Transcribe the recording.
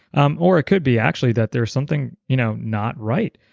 um or it could be actually that there's something you know not right.